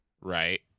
Right